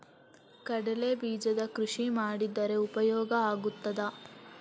ಕಡ್ಲೆ ಬೀಜದ ಕೃಷಿ ಮಾಡಿದರೆ ಉಪಯೋಗ ಆಗುತ್ತದಾ?